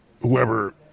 Whoever